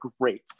great